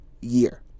year